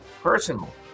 personal